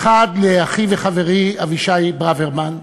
האחד לאחי וחברי אבישי ברוורמן,